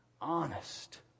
Honest